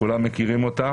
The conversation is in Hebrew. כולם מכירים אותה,